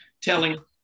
telling